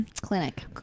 Clinic